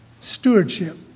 Stewardship